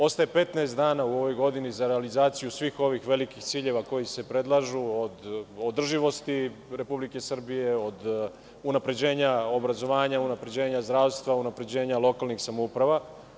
Ostaje 15 dana u ovoj godini za realizaciju svih ovih velikih ciljeva koji se predlažu, od održivosti Republike Srbije, od unapređenja obrazovanja, unapređenja zdravstva, unapređenja lokalnih samouprava.